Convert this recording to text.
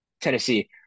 Tennessee